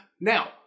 Now